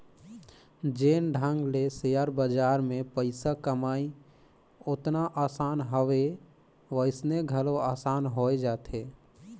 जेन ढंग ले सेयर बजार में पइसा कमई ओतना असान हवे वइसने घलो असान होए जाथे